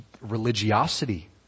religiosity